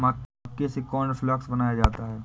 मक्के से कॉर्नफ़्लेक्स बनाया जाता है